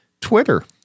Twitter